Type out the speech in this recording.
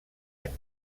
any